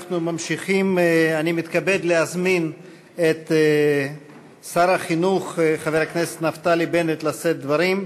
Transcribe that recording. אני מתכבד להזמין את שר החינוך חבר הכנסת נפתלי בנט לשאת דברים,